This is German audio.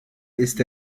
ist